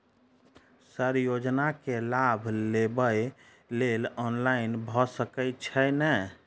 Sir योजना केँ लाभ लेबऽ लेल ऑनलाइन भऽ सकै छै नै?